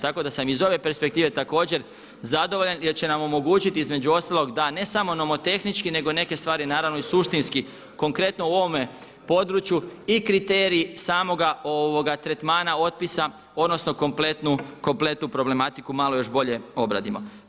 Tako da sam iz ove perspektive također zadovoljan jer će nam omogućiti između ostalog da ne samo nomotehnički nego neke stvari naravno i suštinski konkretno u ovome području i kriteriji samoga tretmana otpisa odnosno kompletnu problematiku, malo još bolje obradimo.